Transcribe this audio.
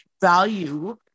Value